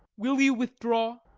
will you withdraw?